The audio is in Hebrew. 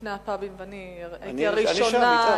שלפני הפאבים, ואני הראיתי הראשונה, אני שם, אתך.